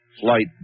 flight